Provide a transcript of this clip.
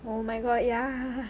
oh my god ya